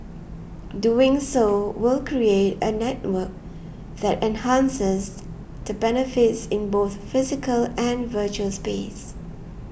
doing so will create a network that enhances the benefits in both physical and virtual space